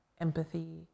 empathy